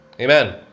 Amen